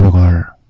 meyer